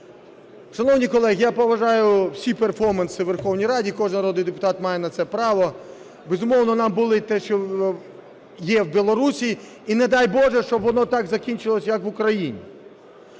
Шановні колеги, я поважаю всі перформанси у Верховній Раді, ікожен народний депутат має на це право. Безумовно, нам болить те, що є в Білорусі, і не дай, Боже, щоб воно так закінчилось, як в Україні.